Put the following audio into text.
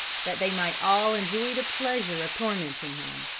that they might all enjoy the pleasure of tormenting him.